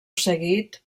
seguit